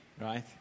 right